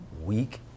week